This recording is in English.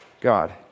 God